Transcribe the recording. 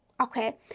Okay